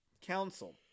council